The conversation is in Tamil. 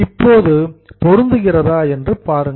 இப்போது பொருந்துகிறதா என்று பாருங்கள்